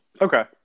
Okay